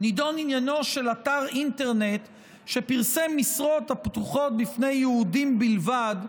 נדון עניינו של אתר אינטרנט שפרסם משרות הפתוחות בפני יהודים בלבד,